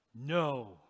No